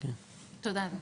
תודה.